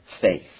faith